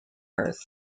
earth